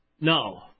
no